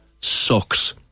sucks